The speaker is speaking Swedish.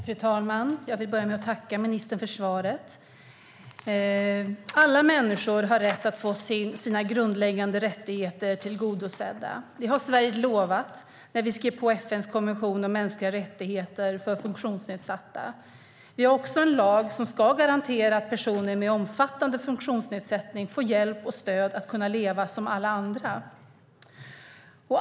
Fru talman! Jag vill börja med att tacka ministern för svaret. Alla människor har rätt att få sina grundläggande rättigheter tillgodosedda. Det har Sverige lovat när vi skrev på FN:s konvention om mänskliga rättigheter för funktionsnedsatta. Vi har också en lag som ska garantera att personer med omfattande funktionsnedsättning får hjälp och stöd att kunna leva som alla andra.